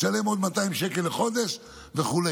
תשלם עוד 200 שקל לחודש וכו'.